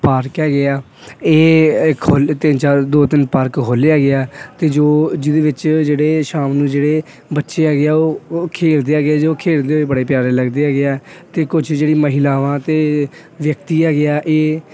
park ਹੈਗੇ ਆ ਇਹ ਖੁਲ ਤਿੰਨ ਚਾਰ ਦੋ ਤਿੰਨ ਪਾਰਕ ਖੋਲ੍ਹੇ ਹੈਗੇ ਆ ਅਤੇ ਜੋ ਜਿਹਦੇ ਵਿੱਚ ਜਿਹੜੇ ਸ਼ਾਮ ਨੂੰ ਜਿਹੜੇ ਬੱਚੇ ਹੈਗੇ ਆ ਉਹ ਖੇਲਦੇ ਹੈਗੇ ਜੋ ਖੇਲਦੇ ਹੋਏ ਬੜੇ ਪਿਆਰੇ ਲੱਗਦੇ ਹੈਗੇ ਆ ਅਤੇ ਕੁਝ ਜਿਹੜੀ ਮਹਿਲਾਵਾਂ ਅਤੇ ਵਿਅਕਤੀ ਹੈਗੇ ਆ ਇਹ